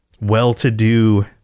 well-to-do